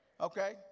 Okay